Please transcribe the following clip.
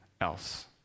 else